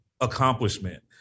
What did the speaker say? accomplishment